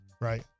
right